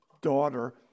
daughter